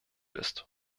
ist